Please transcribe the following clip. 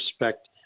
respect